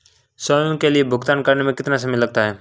स्वयं के लिए भुगतान करने में कितना समय लगता है?